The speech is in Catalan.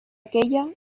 aquella